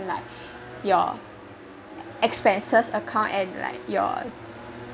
like your expenses account and like your